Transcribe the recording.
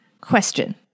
question